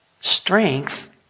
strength